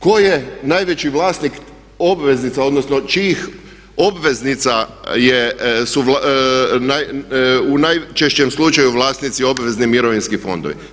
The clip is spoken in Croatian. Ko je najveći vlasnik obveznica, odnosno čijih obveznica su u najčešćem slučaju vlasnici obvezni mirovinski fondovi?